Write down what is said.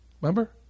Remember